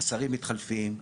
השרים מתחלפים,